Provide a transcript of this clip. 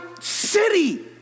city